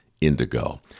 indigo